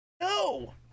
No